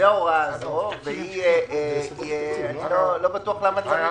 זו ההוראה הזו, ואני לא בטוח למה צריך